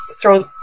throw